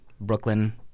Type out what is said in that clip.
Brooklyn